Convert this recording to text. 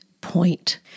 point